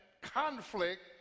conflict